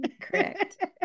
Correct